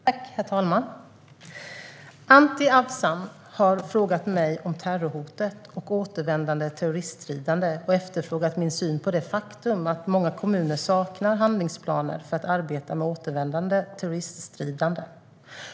Herr talman! Anti Avsan har frågat mig om terrorhotet och återvändande terroriststridande och efterfrågat min syn på det faktum att många kommuner saknar handlingsplaner för att arbeta med återvändande terroriststridande.